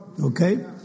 Okay